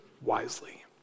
wisely